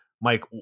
mike